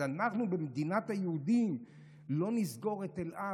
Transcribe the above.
אז אנחנו במדינת היהודים לא נסגור את אל על?